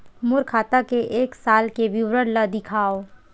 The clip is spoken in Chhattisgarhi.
मोर खाता के एक साल के विवरण ल दिखाव?